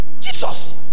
Jesus